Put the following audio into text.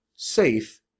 safe